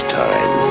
time